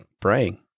praying